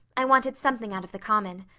i wanted something out of the common.